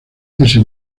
ese